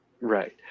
right